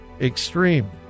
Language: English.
extreme